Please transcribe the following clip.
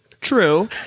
true